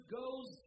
goes